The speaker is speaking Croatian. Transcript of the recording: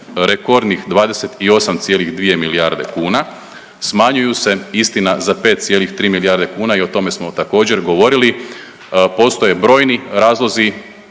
rekordnih 28,2 milijardi kuna, smanjuju se istina za 5,3 milijarde kuna i o tome smo također govorili. Postoje brojni razlozi